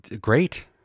great